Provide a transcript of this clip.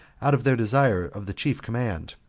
out of their desire of the chief command.